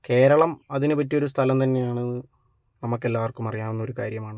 കേരളം അതിന് പറ്റിയ ഒരു സ്ഥലം തന്നെയാണെന്ന് നമുക്കെല്ലാവർക്കും അറിയാവുന്ന ഒരു കാര്യമാണ്